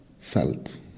felt